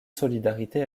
solidarité